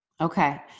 Okay